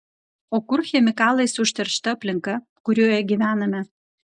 o kur chemikalais užteršta aplinka kurioje gyvename